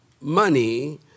money